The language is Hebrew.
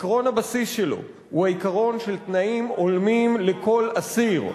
עקרון הבסיס שלו הוא העיקרון של תנאים הולמים לכל אסיר.